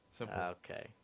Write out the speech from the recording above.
Okay